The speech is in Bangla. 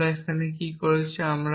তাই আমরা কি করেছি